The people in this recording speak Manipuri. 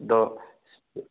ꯑꯗꯣ